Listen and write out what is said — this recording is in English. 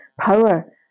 power